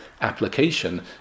application